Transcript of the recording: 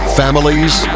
families